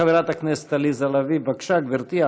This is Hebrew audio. חברת הכנסת עליזה לביא, בבקשה, גברתי.